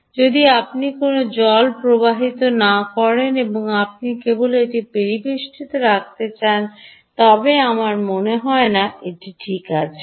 তবে যদি কোনও জল প্রবাহিত না হয় এবং আপনি কেবল এটি পরিবেষ্টিত রাখতে চান তবে আমার মনে হয় না এটি ঠিক আছে